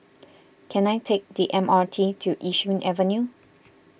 can I take the M R T to Yishun Avenue